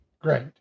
great